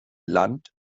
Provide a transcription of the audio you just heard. land